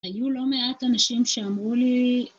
היו לא מעט אנשים שאמרו לי...